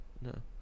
No